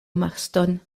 marston